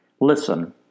Listen